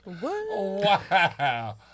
wow